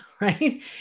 right